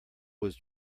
was